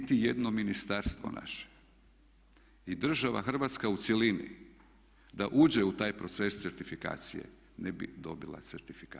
Niti jedno ministarstvo naše i država Hrvatska u cjelini da uđe u taj proces certifikacije ne bi dobila certifikat.